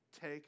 take